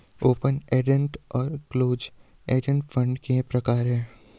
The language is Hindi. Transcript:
ओपन एंडेड और क्लोज एंडेड फंड के प्रकार हैं